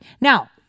Now